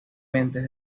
lentes